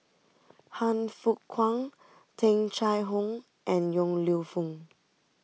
Han Fook Kwang Tung Chye Hong and Yong Lew Foong